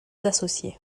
associés